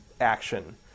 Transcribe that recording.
action